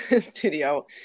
studio